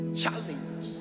challenge